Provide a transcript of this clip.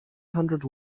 hundred